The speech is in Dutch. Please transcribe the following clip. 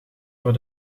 door